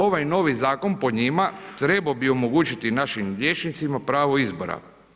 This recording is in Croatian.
Ovaj novi zakon, po njima, trebao bi omogućiti našim liječnicima pravo izbora.